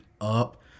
up